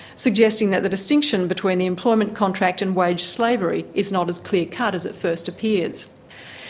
suggesting that the distinction between the employment contract and wage slavery is not as clear cut as it first appears.